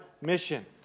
mission